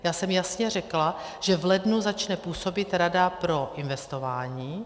Já jsem jasně řekla, že v lednu začne působit Rada pro investování.